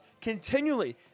continually